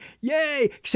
yay